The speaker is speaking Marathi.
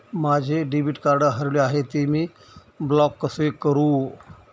माझे डेबिट कार्ड हरविले आहे, ते मी ब्लॉक कसे करु?